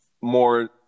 more